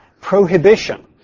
prohibition